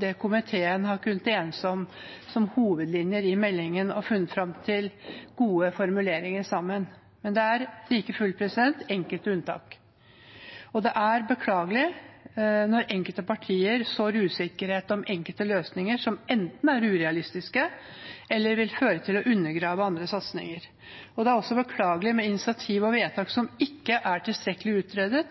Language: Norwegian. det komiteen har kunnet enes om som hovedlinjer i meldingen, og der man har funnet fram til gode formuleringer sammen, men det er like fullt enkelte unntak. Det er beklagelig når enkelte partier sår usikkerhet om enkelte løsninger, som enten er urealistiske eller vil føre til å undergrave andre satsinger. Det er også beklagelig med initiativ og vedtak som ikke er tilstrekkelig utredet,